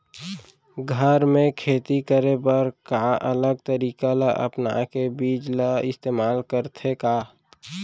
घर मे खेती करे बर का अलग तरीका ला अपना के बीज ला इस्तेमाल करथें का?